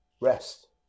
Rest